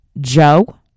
Joe